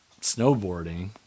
snowboarding